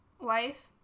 wife